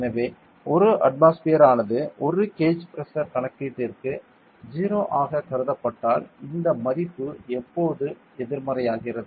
எனவே 1 அட்மாஸ்பியர் ஆனது ஒரு கேஜ் பிரஷர் கணக்கீட்டிற்கு 0 ஆகக் கருதப்பட்டதால் இந்த மதிப்பு இப்போது எதிர்மறையாகிறது